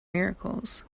miracles